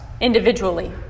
individually